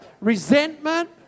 resentment